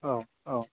औ औ